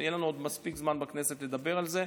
יהיה לנו עוד מספיק זמן בכנסת לדבר על זה,